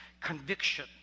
conviction